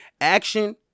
Action